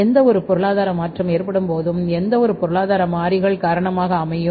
எந்தவொரு பொருளாதார மாற்றம் ஏற்படும்போதும் ஏதாவது ஒரு பொருளாதார மாறிகள் காரணமாக அமையும்